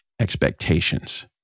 expectations